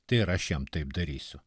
tai ir aš jam taip darysiu